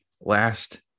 last